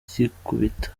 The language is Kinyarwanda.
rugikubita